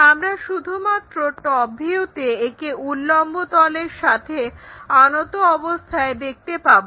আমরা শুধুমাত্র টপ ভিউতে একে উল্লম্ব তলের সাথে আনত অবস্থায় দেখতে পাবো